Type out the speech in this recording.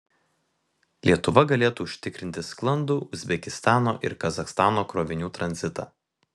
lietuva galėtų užtikrinti sklandų uzbekistano ir kazachstano krovinių tranzitą